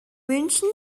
münchen